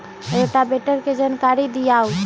Rotavator के जानकारी दिआउ?